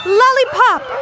lollipop